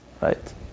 Right